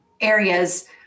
areas